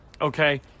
okay